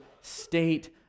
state